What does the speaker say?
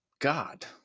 God